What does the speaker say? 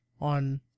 on